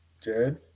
jared